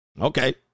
Okay